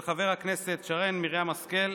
של חברת הכנסת שרן מרים השכל,